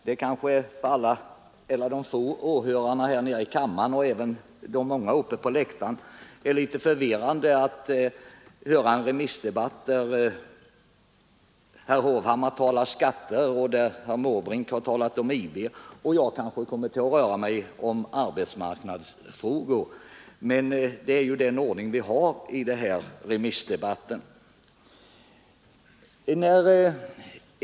Fru talman! För de få åhörarna här nere i kammaren och även för de många uppe på läktaren är det kanske litet förvirrande att höra en debatt där herr Hovhammar talat om skatter och herr Måbrink talat om IB och där jag kommer att uppehålla mig vid arbetsmarknadsfrågor, men det är ju den ordning vi har i den här allmänpolitiska debatten.